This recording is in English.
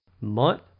month